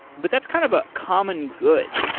but that's kind of a common good.